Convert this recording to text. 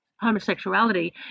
homosexuality